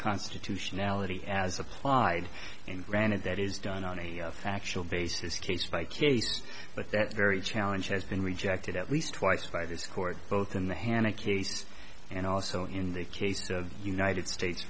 constitutionality as applied and granted that is done on a factual basis case by case but that very challenge has been rejected at least twice by this court both in the hannah case and also in the case of united states